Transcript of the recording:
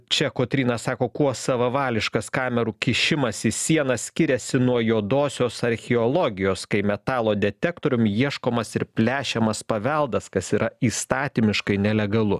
čia kotryna sako kuo savavališkas kamerų kišimas į sieną skiriasi nuo juodosios archeologijos kai metalo detektorium ieškomas ir plešiamas paveldas kas yra įstatymiškai nelegalu